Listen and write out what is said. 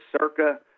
circa